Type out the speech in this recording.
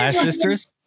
Sisters